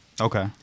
Okay